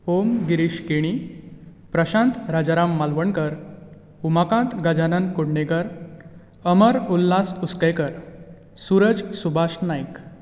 Om Girish Keni Prashant Rajaram Malvankar Umakant Gajanan Kudnekar Amar Ulhas Uskaikar Suraj Subhash Naik